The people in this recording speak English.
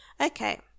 Okay